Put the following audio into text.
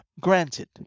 Granted